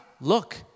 Look